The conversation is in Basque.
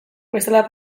bestela